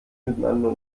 miteinander